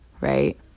right